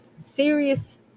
serious